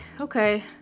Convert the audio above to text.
okay